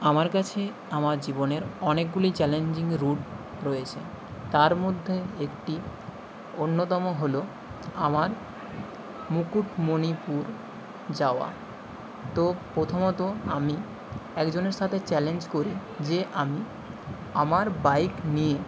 আমার কাছে আমার জীবনের অনেকগুলি চ্যালেঞ্জিং রুট রয়েছে তার মধ্যে একটি অন্যতম হল আমার মুকুটমণিপুর যাওয়া তো প্রথমত আমি একজনের সাথে চ্যালেঞ্জ করি যে আমি আমার বাইক নিয়ে